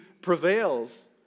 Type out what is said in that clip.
prevails